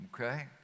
okay